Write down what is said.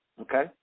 Okay